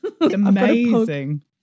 amazing